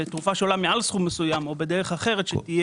שתרופה שעולה מעל סכום מסוים או בדרך אחרת שתהיה.